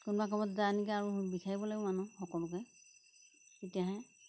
কোনোবা ক'ৰবাত যায় নেকি আৰু বিচাৰিব লাগিব মানুহ সকলোকে তেতিয়াহে